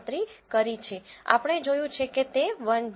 આપણે જોયું છે કે તે 1 છે